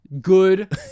Good